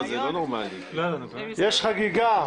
יש חגיגה.